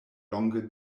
longe